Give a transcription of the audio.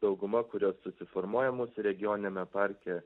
dauguma kurios susiformuoja mūsų regioniniame parke